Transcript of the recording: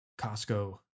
Costco